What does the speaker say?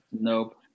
Nope